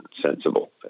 sensible